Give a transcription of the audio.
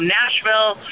Nashville